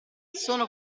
sono